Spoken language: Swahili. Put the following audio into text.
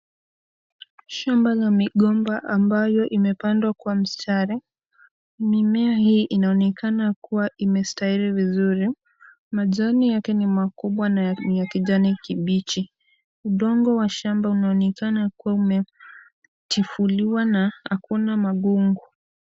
Shamba la migomba ambayo imepandwa kwa mstari. Mimea hii inaonekana kuwa imestahiri vizuri. Majani yake ni makubwa na ni ya kijani kibichi. Udongo wa shamba unaonekana kuwa umetifuliwa na hakuna magugu.